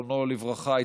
זיכרונו לברכה,